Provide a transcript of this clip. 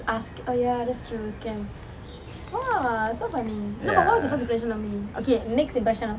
ya